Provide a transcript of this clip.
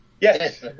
Yes